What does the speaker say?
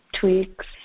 tweaks